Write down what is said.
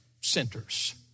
centers